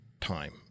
time